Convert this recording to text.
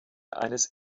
eines